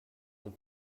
und